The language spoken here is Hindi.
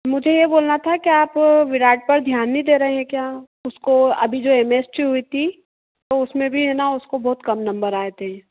मुझे यह बोलना था कि आप विराट पर ध्यान नहीं दे रहे हैं क्या उसको अभी जो एम एस टी हुई थी उसमें भी है ना उसको बहुत कम नम्बर आये थे